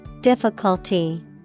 Difficulty